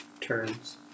turns